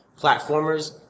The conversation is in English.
platformers